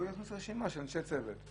הוא יכניס רשימה של אנשי צוות.